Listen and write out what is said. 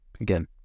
Again